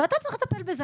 ואתה צריך לטפל בזה.